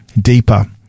deeper